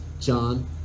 John